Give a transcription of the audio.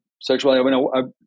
sexuality